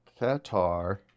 Qatar